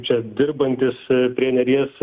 čia dirbantys prie neries